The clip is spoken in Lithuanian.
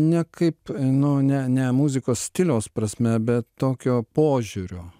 ne kaip nu ne ne muzikos stiliaus prasme bet tokio požiūrio